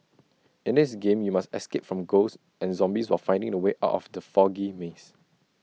in this game you must escape from ghosts and zombies while finding the way out from the foggy maze